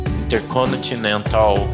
intercontinental